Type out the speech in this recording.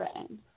written